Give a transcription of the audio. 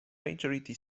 majority